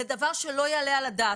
זה דבר שלא יעלה על הדעת.